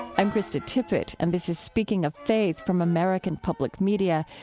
i'm krista tippett, and this is speaking of faith from american public media.